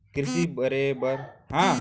कृषि करे बर का का उपकरण के आवश्यकता होथे?